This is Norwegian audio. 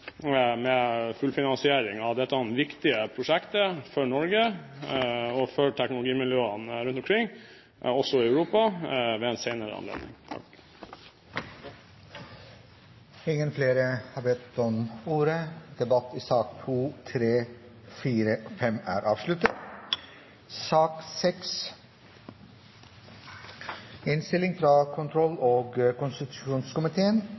med fullfinansiering av dette viktige prosjektet for Norge og for teknologimiljøene rundt omkring, også i Europa. Flere har ikke bedt om ordet til sakene nr. 2–5. Denne saken er jo litt spesiell. Det er mange av sakene som kommer fra kontrollkomiteen, fordi kontrollkomiteen har andre oppgaver i